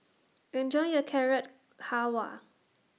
Enjoy your Carrot Halwa